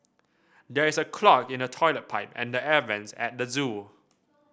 there is a clog in the toilet pipe and the air vents at the zoo